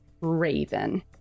Raven